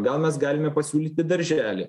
gal mes galime pasiūlyti darželį